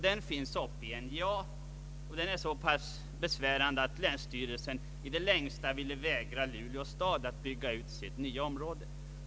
Den finns vid NJA och är så pass besvärande att länsstyrelsen i det längsta ville vägra Luleå stad att bygga ut sitt nya bostadsområde.